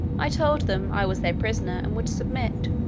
i told them, i was their prisoner, and would submit.